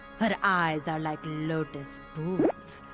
her eyes are like lotus pools.